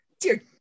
Dear